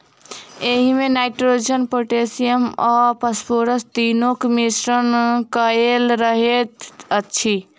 एहिमे nitrogen, potassium आ phosphorus तीनूक मिश्रण कएल रहैत अछि